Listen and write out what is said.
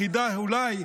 היחידה אולי,